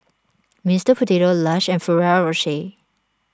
Mister Potato Lush and Ferrero Rocher